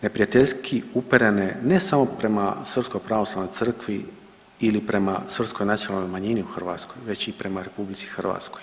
Neprijateljski uperene ne samo prema srpskoj pravoslavnoj crkvi ili prema srpskoj nacionalnoj manjini u Hrvatskoj, već i prema RH.